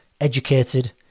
Educated